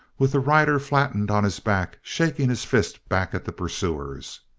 with the rider flattened on his back, shaking his fist back at the pursuers.